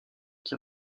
qui